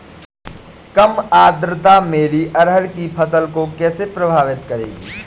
कम आर्द्रता मेरी अरहर की फसल को कैसे प्रभावित करेगी?